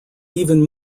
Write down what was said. even